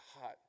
hot